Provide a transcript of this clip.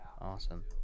Awesome